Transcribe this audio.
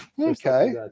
Okay